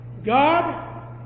God